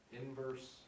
inverse